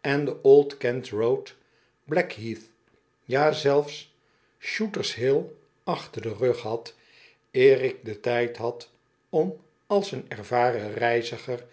en den oldkent road black heath ja zelfs shooters hilp achter den rug had eer ik den tijd had om als een ervaren reiziger